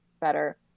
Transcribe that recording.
better